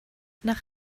nach